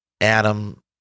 Adam